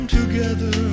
together